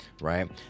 right